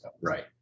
Right